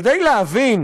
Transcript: כדי להבין